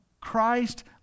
Christ